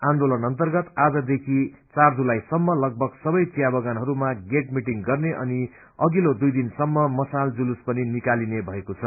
आन्दोलन अर्न्तगत आज देखी चार जुलाई सम्म लगभग सबै चिया बगानहरूमा गेट मिटिंग गर्ने अनि अघित्लो दुई दिनसम्म मशाल जुलूस पनि निकालीने भएको छ